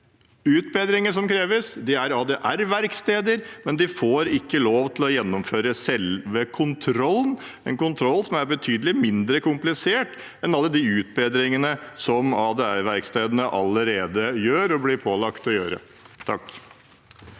utbedringer som kreves. De er ADR-verksteder, men de får ikke lov til å gjennomføre selve kontrollen, en kontroll som er betydelig mindre komplisert enn alle de utbedringene som ADRverkstedene allerede gjør, og blir pålagt å gjøre.